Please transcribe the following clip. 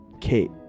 Kate